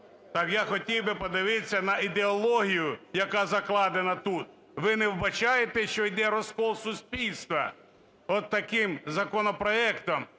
так я хотів би подивитися на ідеологію, яка закладена тут. Ви не вбачаєте, що йде розкол суспільства отаким законопроектом,